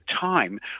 time